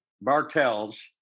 Bartels